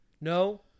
No